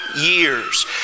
years